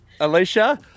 Alicia